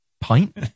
pint